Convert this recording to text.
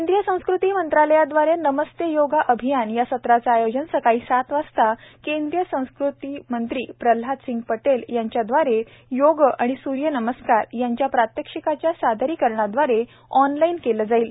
केंद्रीय संस्कृती मंत्रालयादवारे नमस्ते योगा अभियान या सत्राचे आयोजन सकाळी सात वाजता केंद्रीय संस्कृती मंत्री प्रल्हाद सिंह पटेल यांच्या द्वारे योग आणि सूर्यनमस्कार यांच्या प्रात्यक्षिकाच्या सादरीकरणाद्वारे ऑनलाईन केले जाईल